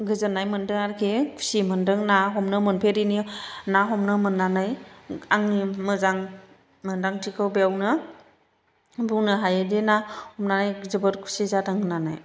गोजोननाय मोन्दों आरोखि खुसि मोन्दों ना हमनो मोनफेरिनि ना हमनो मोननानै आंनि मोजां मोन्दांथिखौ बेवनो बुंनो हायो दि ना हमनानै जोबोर खुसि जादों होननानै